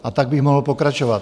A tak bych mohl pokračovat.